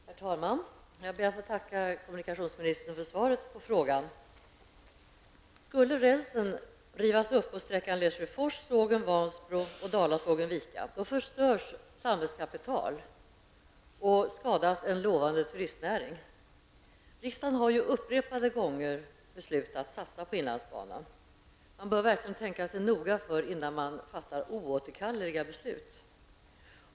Herr talman! Jag ber att få tacka kommunikationsministern för svaret på frågan. Skulle rälsen rivas upp på den aktuella sträckan förstörs samhällskapital och skadas en lovande turistnäring. Riksdagen har ju upprepade gånger beslutat att satsa på inlandsbanan, och man bör verkligen tänka sig för noga innan man här fattar oåterkalleliga beslut.